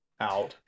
Out